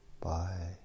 Bye